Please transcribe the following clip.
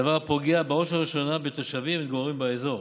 דבר הפוגע בראש ובראשונה בתושבים וגורמים באזור.